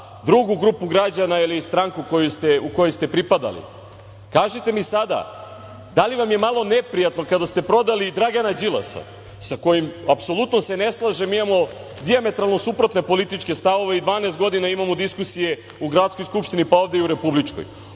drugu grupu građana ili stranku u kojoj ste pripadali. Kažite mi sada - da li vam je malo neprijatno kada ste prodali Dragana Đilasa, sa kojim se apsolutno ne slažem, imamo dijametralno suprotno političke stavove i 12 godina imamo diskusije u gradskoj Skupštini, pa i ovde u Republičkoj?